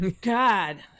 God